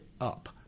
up